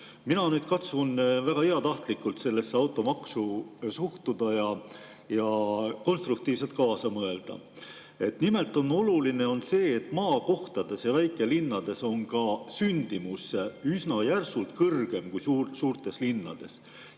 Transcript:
Mina katsun nüüd väga heatahtlikult sellesse automaksu suhtuda ja konstruktiivselt kaasa mõelda. Nimelt on oluline see, et maakohtades ja väikelinnades on ka sündimus üsna järsult kõrgem kui suurtes linnades.